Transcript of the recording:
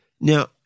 Now